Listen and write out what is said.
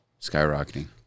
skyrocketing